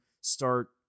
start